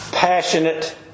Passionate